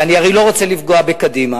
ואני הרי לא רוצה לפגוע בקדימה,